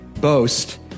boast